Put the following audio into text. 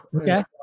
Okay